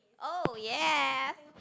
oh ya